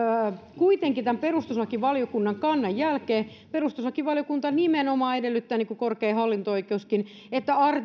kuitenkin tämän perustuslakivaliokunnan kannan jälkeen perustuslakivaliokunta nimenomaan edellyttää niin kuin korkein hallinto oikeuskin että